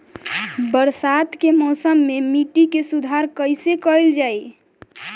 बरसात के मौसम में मिट्टी के सुधार कइसे कइल जाई?